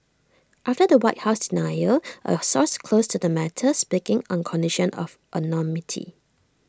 after the white house denial A source close to the matter speaking on condition of anonymity